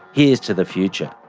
here's to the future.